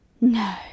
no